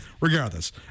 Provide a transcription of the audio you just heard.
Regardless